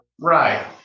right